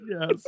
yes